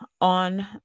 on